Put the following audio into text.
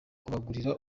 kubagurira